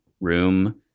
room